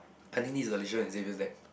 I think this is Alicia's and Xavier's deck